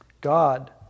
God